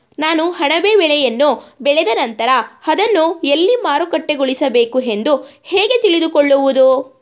ನಾನು ಅಣಬೆ ಬೆಳೆಯನ್ನು ಬೆಳೆದ ನಂತರ ಅದನ್ನು ಎಲ್ಲಿ ಮಾರುಕಟ್ಟೆಗೊಳಿಸಬೇಕು ಎಂದು ಹೇಗೆ ತಿಳಿದುಕೊಳ್ಳುವುದು?